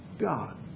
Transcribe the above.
God